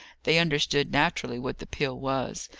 they understood, naturally, what the pill was.